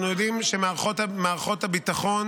אנחנו יודעים שמערכות הביטחון